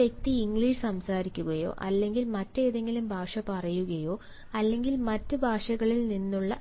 ഒരു വ്യക്തി ഇംഗ്ലീഷ് സംസാരിക്കുകയോ അല്ലെങ്കിൽ മറ്റെന്തെങ്കിലും ഭാഷ പറയുകയോ അല്ലെങ്കിൽ മറ്റ് ഭാഷകളിൽ നിന്നുള്ള